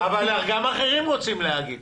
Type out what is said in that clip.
אבל גם אחרים רוצים להגיד.